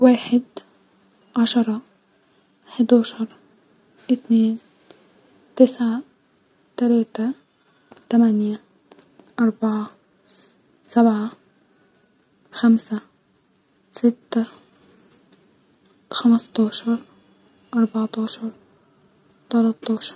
واحد-عشره-حداشر-اتنين-تسعه-تلاته-تمانيه-اربعه-سبعه-خمسه-سته-خمستاشر-اربعتاشر-تلاتاشر